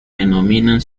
denominan